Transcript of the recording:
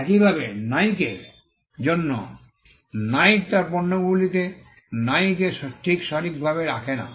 একইভাবে নাইকের জন্য নাইক তার পণ্যগুলিতে নাইকে ঠিক সঠিকভাবে রাখে না